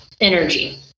energy